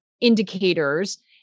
indicators